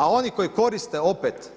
A oni koji koriste opet